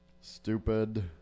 Stupid